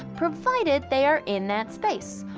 provided they are in that space.